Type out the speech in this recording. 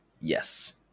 yes